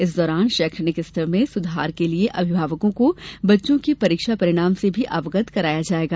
इस दौरान शैक्षणिक स्तर में सुधार के लिये अभिभावको को बच्चों के परीक्षा परिणाम से भी अवगत कराया जाएगा